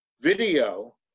Video